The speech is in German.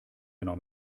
genau